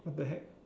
what the heck